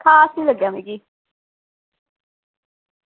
खास निं लग्गेआ मिगी